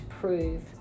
prove